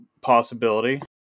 possibility